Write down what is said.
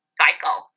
cycle